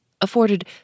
afforded